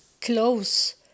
close